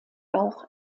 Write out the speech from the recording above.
auch